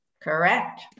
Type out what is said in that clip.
Correct